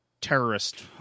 terrorist